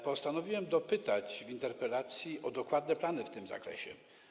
Postanowiłem dopytać w interpelacji o dokładne plany w tym zakresie.